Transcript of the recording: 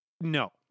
No